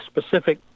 specific